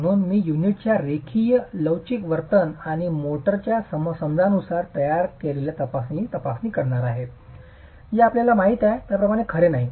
म्हणून मी युनिटच्या रेखीय लवचिक वर्तन आणि मोर्टारच्या समजानुसार तयार केलेल्या तपासणीची तपासणी करणार आहे जे आपल्याला माहित आहे त्याप्रमाणे खरे नाही